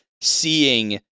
seeing